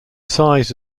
size